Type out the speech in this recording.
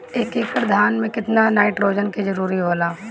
एक एकड़ धान मे केतना नाइट्रोजन के जरूरी होला?